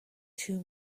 two